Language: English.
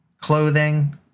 clothing